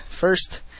first